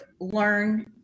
learn